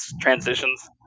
transitions